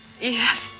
Yes